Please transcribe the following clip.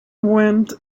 went